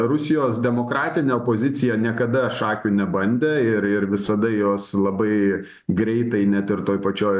rusijos demokratinė opozicija niekada šakių nebandė ir ir visada jos labai greitai net ir toj pačioj